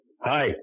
Hi